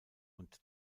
und